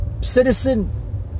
citizen